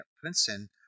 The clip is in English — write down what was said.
Princeton